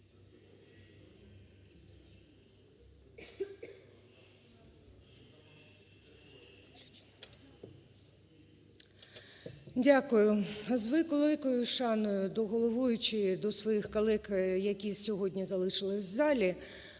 Дякую. З великою шаною до головуючої, до своїх колег, які сьогодні залишились в залі.